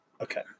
Okay